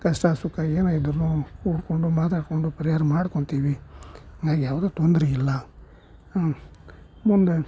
ಕಷ್ಟ ಸುಖ ಏನೇ ಇದ್ರೂ ಕೂಡ್ಕೊಂಡು ಮಾತಾಡಿಕೊಂಡು ಪರಿಹಾರ ಮಾಡ್ಕೊತಿವಿ ಇವಾಗ ಯಾವುದೇ ತೊಂದರೆಯಿಲ್ಲ ಮುಂದೆ